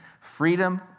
freedom